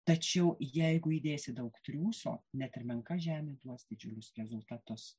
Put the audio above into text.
tačiau jeigu įdėsi daug triūso net ir menka žemė duos didžiulius rezultatus